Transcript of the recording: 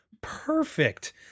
perfect